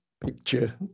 picture